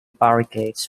barricades